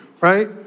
right